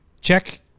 check